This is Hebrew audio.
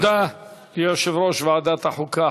תודה ליושב-ראש ועדת החוקה,